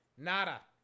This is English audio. Nada